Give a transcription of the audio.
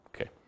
Okay